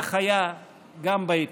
כך היה גם בהתנתקות.